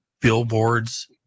billboards